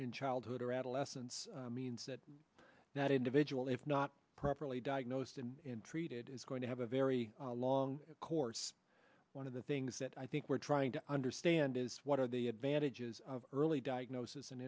in childhood or adolescence means that that individual if not properly diagnosed and treated is going to have a very long course one of the things that i think we're trying to understand is what are the advantages of early